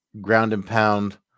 ground-and-pound